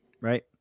right